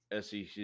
SEC